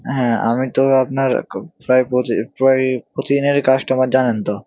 হ্যাঁ আমি তো আপনার প্রায় প্রায় প্রতিদিনেরই কাস্টমার জানেন তো